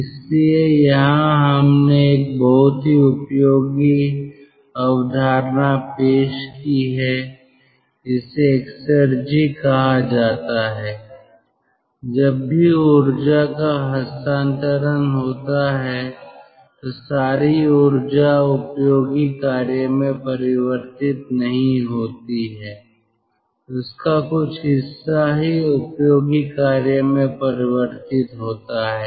इसलिए यहां हमने एक बहुत ही उपयोगी अवधारणा पेश की है जिसे एक्सेरजी कहा जाता है जब भी ऊर्जा का हस्तांतरण होता है तो सारी ऊर्जा उपयोगी कार्य में परिवर्तित नहीं होती है उसका कुछ हिस्सा ही उपयोगी कार्य में परिवर्तित होता है